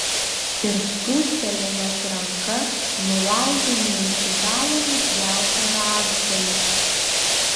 ir spūstelėjęs ranka nulaužė ne iki galo nupjautą rąstgalį